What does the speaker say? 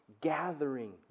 gathering